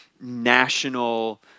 national